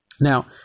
Now